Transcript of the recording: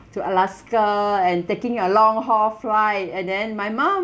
to alaska and taking a long-haul flight and then my mum